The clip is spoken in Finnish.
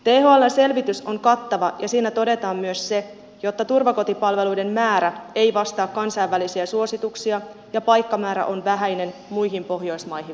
thln selvitys on kattava ja siinä todetaan myös se että turvakotipalveluiden määrä ei vastaa kansainvälisiä suosituksia ja paikkamäärä on vähäinen muihin pohjoismaihin verrattuna